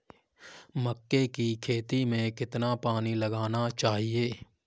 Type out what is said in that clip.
मक्के की खेती में कितना पानी लगाना चाहिए?